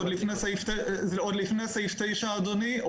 אדוני.